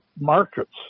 markets